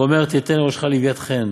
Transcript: ואומר 'תתן לראשך לוית חן